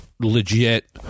legit